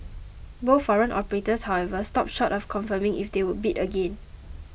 both foreign operators however stopped short of confirming if they would bid again